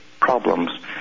problems